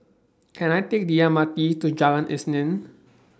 Can I Take The M R T to Jalan Isnin